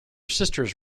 sisters